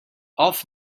off